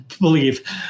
believe